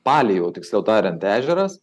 palei jau tiksliau tariant ežeras